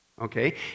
okay